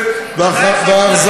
מה קרה?